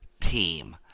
team